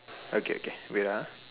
okay okay wait lah